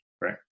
right